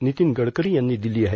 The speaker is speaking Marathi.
नितीन गडकरी यांनी दिली आहे